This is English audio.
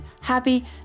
happy